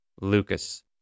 Lucas